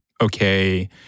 okay